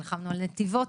נלחמנו על נתיבות,